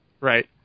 Right